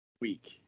week